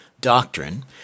doctrine